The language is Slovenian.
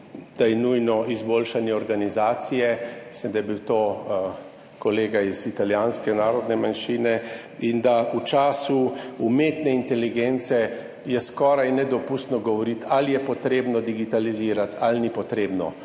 da je nujno izboljšanje organizacije. mislim, da je bil to kolega iz italijanske narodne manjšine in da v času umetne inteligence je skoraj nedopustno govoriti ali je potrebno digitalizirati ali ni potrebno.